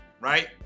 Right